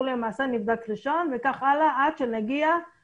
הוא למעשה נבדק ראשון וכך הלאה עד שנגיע